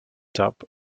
top